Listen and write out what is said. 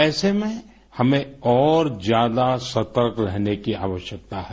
ऐँसे में हमें और ज्यादा सतर्क रहने की आवश्यकता है